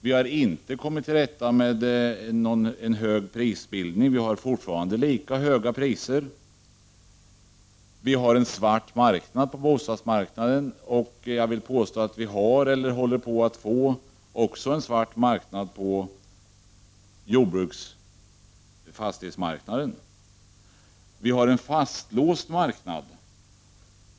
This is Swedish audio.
Vi har inte kommit till rätta med en hög prisbildning — vi har fortfarande lika höga priser. På bostadsmarknaden finns en svart marknad, och jag vill påstå att vi har eller håller på att få en svart marknad också på jordbruksfastigheter. Vi har en fastlåst marknad.